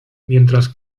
mientras